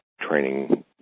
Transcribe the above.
training